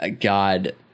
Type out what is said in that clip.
God